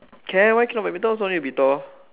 can why cannot also need be tall